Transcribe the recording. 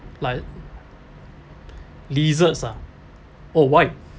like lizards ah oh why